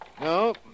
No